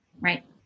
Right